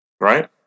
Right